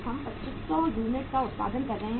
हम 2500 यूनिट का उत्पादन कर रहे हैं